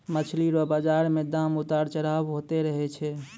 मछली रो बाजार मे दाम उतार चढ़ाव होते रहै छै